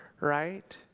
right